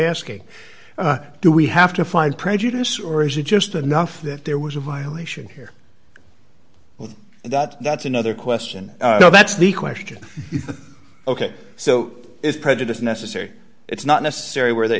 asking do we have to find prejudice or is it just enough that there was a violation here with that that's another question so that's the question ok so it's prejudice is necessary it's not necessary where the